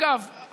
אגב,